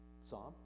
psalm